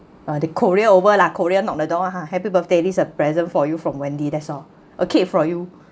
the courier over lah courier knock the door happy birthday this a present for you from wendy that's all a cake for you